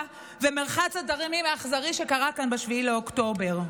ומרחץ הדמים האכזרי שקרה כאן ב-7 באוקטובר.